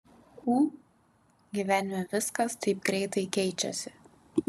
ū gyvenime viskas taip greitai keičiasi